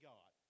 God